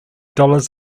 dollars